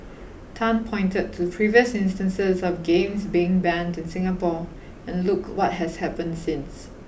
Tan pointed to previous instances of games being banned in Singapore and look what has happened since